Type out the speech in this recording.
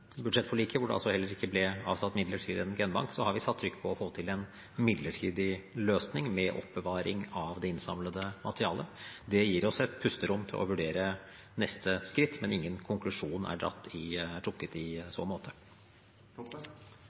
budsjettforliket, hvor det heller ikke ble avsatt midler til en genbank, har vi satt trykk på å få til en midlertidig løsning med oppbevaring av det innsamlede materialet. Det gir oss et pusterom til å vurdere neste skritt, men ingen konklusjon er trukket i så måte.